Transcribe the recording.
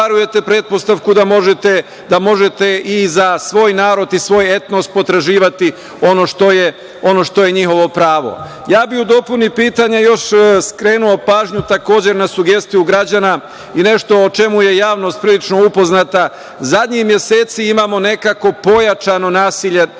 da možete i za svoj narod i svoj etnos potraživati ono što je njihovo pravo. Ja bih u dopuni pitanja još skrenuo pažnju takođe na sugestiju građana i nešto o čemu je javnost prilično upoznata. Zadnjih meseci imamo nekako pojačano nasilje